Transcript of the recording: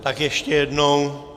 Tak ještě jednou!